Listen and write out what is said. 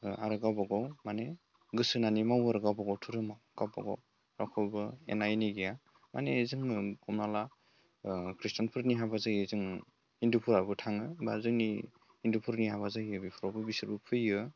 बा आरो गावबा गाव माने गोसो होनानै मावो आरो गावबा गाव धोरोम गावबा गाव रावखौबो एना एनि गैया माने जोङो हमना ला ख्रिस्टानफोरनि हाबा जायो जों हिन्दुफोराबो थाङो बा जोंनि हिन्दुफोरनि हाबा जायो बेफोरावबो बिसोरबो फैयो आरो